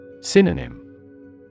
Synonym